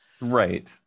right